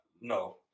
No